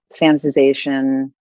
sanitization